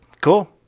Cool